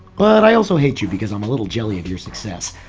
but i also hate you because i'm a little jelly of your success.